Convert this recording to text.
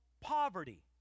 poverty